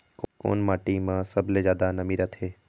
कोन माटी म सबले जादा नमी रथे?